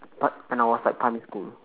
pri~ when I was like primary school